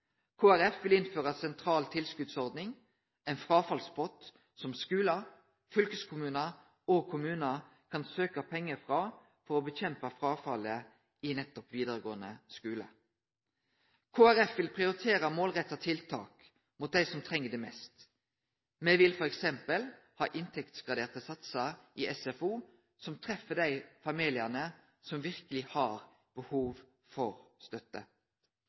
vil innføre ei sentral tilskotsordning, ein fråfallspott, som skular, fylkeskommunar og kommunar kan søkje pengar frå for å kjempe mot fråfallet i nettopp vidaregåande skule. Kristeleg Folkeparti vil prioritere og målrette tiltak mot dei som treng det mest. Me vil f.eks. ha inntektsgraderte satsar i SFO som treffer dei familiane som verkeleg har behov for støtte.